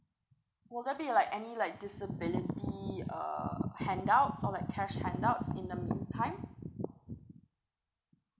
will there be like any like disability uh handouts or like cah handouts in the mean time